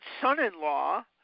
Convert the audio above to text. son-in-law